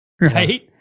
Right